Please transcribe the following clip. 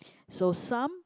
so some